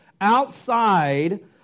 outside